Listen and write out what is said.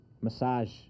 massage